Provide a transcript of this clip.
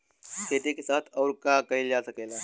खेती के साथ अउर का कइल जा सकेला?